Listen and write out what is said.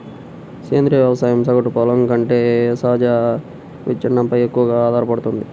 సేంద్రీయ వ్యవసాయం సగటు పొలం కంటే సహజ విచ్ఛిన్నంపై ఎక్కువగా ఆధారపడుతుంది